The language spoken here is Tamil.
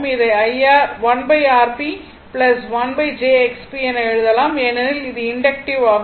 இதை 1Rp 1jXP என எழுதலாம் ஏனெனில் இது இண்டக்ட்டிவ் ஆகும்